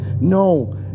no